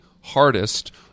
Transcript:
hardest